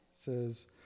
says